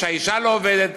שהאישה לא עובדת,